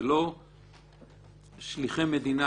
זה לא שליחי מדינה,